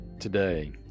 today